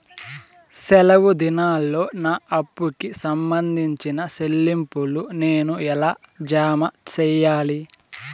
సెలవు దినాల్లో నా అప్పుకి సంబంధించిన చెల్లింపులు నేను ఎలా జామ సెయ్యాలి?